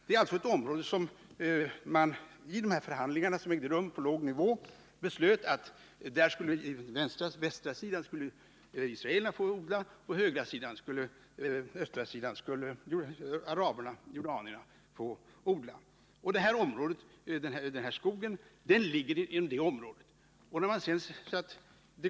Det är alltså ett område för vilket man i dessa förhandlingar, som ägde rum på låg nivå, beslöt att västra sidan skulle israelerna få odla och östra sidan skulle araberna, jordanierna, få odla. Den här skogen ligger i det förstnämnda området.